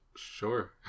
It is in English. Sure